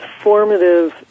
formative